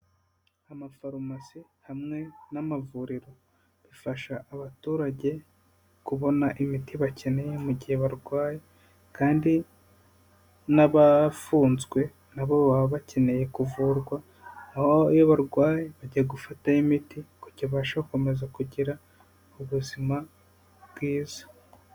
Amafarumasi hamwe n'amavuriro bifasha abaturage kubona imiti bakeneye mu gihe barwaye kandi n'abafunzwe nabo baba bakeneye kuvurwa, aho iyo barwaye bajya gufataho imiti kuki kibasha gukomeza kugira ubuzima bwiza.